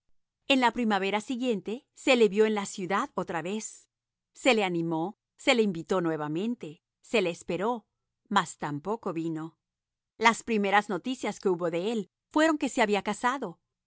en la primavera siguiente se le vió en la ciudad otra vez se le animó se le invitó nuevamente se le esperó mas tampoco vino las primeras noticias que hubo de él fueron que se había casado